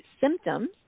symptoms